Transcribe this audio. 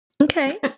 Okay